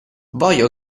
voglio